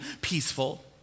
peaceful